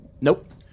Nope